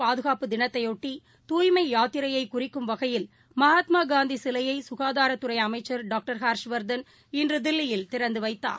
பாதுகாப்பு தினத்தையொட்டி தூய்மையாத்திரையைகுறிக்கும் உலகஉணவு வகையில் மகாத்மாகாந்திசிலையைக்காதாரத்துறைஅமைச்சர் டாங்டர் ஹர்ஷவர்தன் இன்றுதில்லியில் திறந்துவைத்தார்